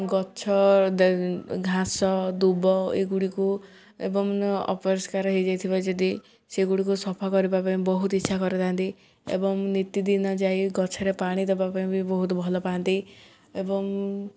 ଗଛ ଘାସ ଦୁବ ଏଗୁଡ଼ିକୁ ଏବଂ ଅପରିଷ୍କାର ହେଇଯାଇଥିବ ଯଦି ସେଗୁଡ଼ିକୁ ସଫା କରିବା ପାଇଁ ବହୁତ ଇଚ୍ଛା କରିଥାନ୍ତି ଏବଂ ନିତିଦିନ ଯାଇ ଗଛରେ ପାଣି ଦବା ପାଇଁ ବି ବହୁତ ଭଲ ପାଆନ୍ତି ଏବଂ